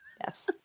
Yes